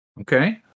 Okay